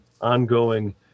ongoing